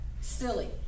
silly